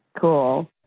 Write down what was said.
Cool